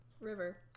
river